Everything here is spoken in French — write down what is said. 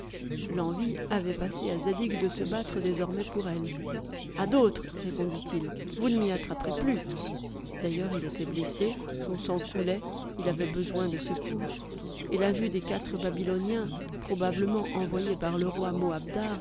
l'envie avait passé à zadig de se battre désormais pour elle a d'autres répond-il vous ne m'y attraperez plus d'ailleurs il était blessé son sang coulait il avait besoin de secours et la vue des quatre babyloniens probablement envoyés par le roi